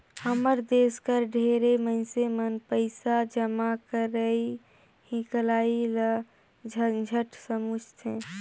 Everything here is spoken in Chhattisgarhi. हमर देस कर ढेरे मइनसे मन पइसा जमा करई हिंकलई ल झंझट समुझथें